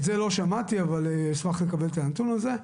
את זה לא שמעתי, אבל אשמח לקבל את הנתון הזה.